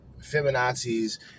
feminazis